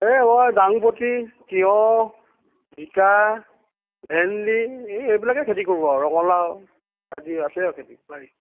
এ মই ডাংবদি তিঁয়হ জিকা এই এইবিলাকে খেতি কৰোঁ আৰু ৰঙলাও আজি আছে আৰু খেতি বাৰীত